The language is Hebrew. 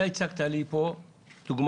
הצגת פה דוגמאות.